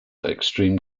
extreme